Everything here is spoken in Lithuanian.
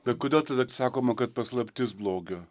bet kodėl tada sakoma kad paslaptis blogio